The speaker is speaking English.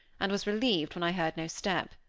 and was relieved when i heard no step.